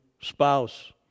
spouse